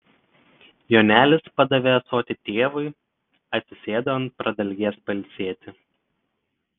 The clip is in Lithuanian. jonelis padavė ąsotį tėvui atsisėdo ant pradalgės pailsėti